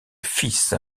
fils